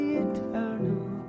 eternal